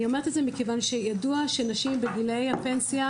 אני אומרת את זה מכיוון שידוע שנשים בגילאי הפנסיה